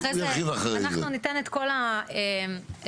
אנחנו ניתן את כל הרקע.